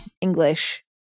English